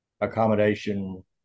accommodation